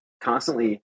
constantly